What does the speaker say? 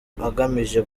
agamije